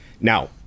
Now